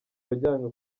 wajyanwe